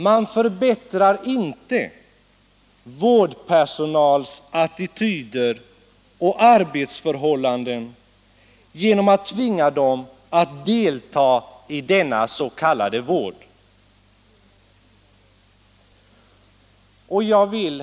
Man förbättrar inte vårdpersonalens attityder och arbetsförhållanden genom att tvinga dem att delta i denna s.k. vård. Jag vill.